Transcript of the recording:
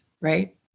Right